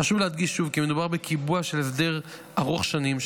חשוב להדגיש שוב כי מדובר בקיבוע של הסדר ארוך שנים,